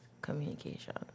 communication